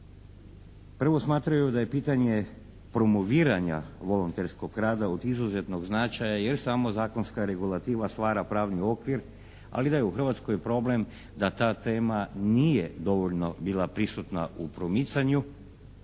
Prvo smatraju da je pitanje promoviranja volonterskog rada od izuzetnog značaja jer samo zakonska regulativa stvara pravni okvir, ali da je u Hrvatskoj problem da ta tema nije dovoljno bila prisutna u promicanju.